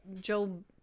Joe